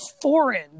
foreign